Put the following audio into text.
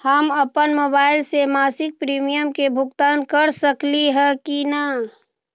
हम अपन मोबाइल से मासिक प्रीमियम के भुगतान कर सकली ह की न?